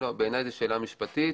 בעיניי זאת שאלה משפטית,